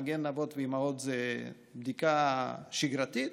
"מגן אבות ואימהות" זה בדיקה שגרתית,